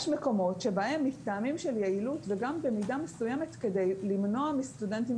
יש מקומות שבהם מטעמים של יעילות וגם במידה מסוימת כדי למנוע מסטודנטים